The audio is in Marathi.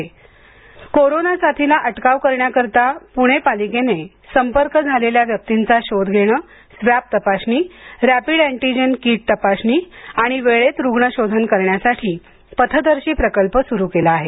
पणे पथदर्शी प्रकल्प कोरोना साथीला अटकाव करण्याकरिता पुणे पालिकेने संपर्क झालेल्या व्यक्तींचा शोध घेणं स्वाब तपासणी रॅपिड अँटिजेन किट तपासणी आणि वेळेत रुग्ण शोधन करण्यासाठी पथदर्शी प्रकल्प सुरू केला आहे